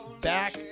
back